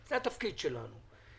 זה התפקיד שלנו.